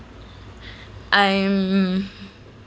I'm